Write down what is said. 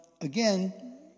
again